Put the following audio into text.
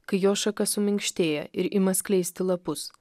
kai jo šaka suminkštėja ir ima skleisti lapus